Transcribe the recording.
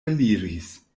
eliris